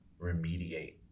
remediate